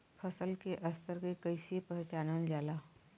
फसल के स्तर के कइसी पहचानल जाला